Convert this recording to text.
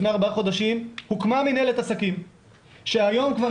לפני 4 חודשים הוקמה מנהלת עסקים שהיום כבר